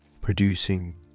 producing